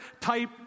type